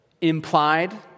implied